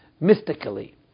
mystically